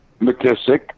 McKissick